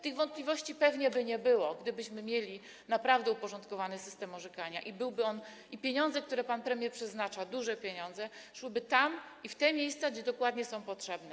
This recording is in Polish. Tych wątpliwości pewnie by nie było, gdybyśmy mieli naprawdę uporządkowany system orzekania i pieniądze, które pan premier przeznacza, duże pieniądze, szłyby w te miejsca, gdzie dokładnie są potrzebne.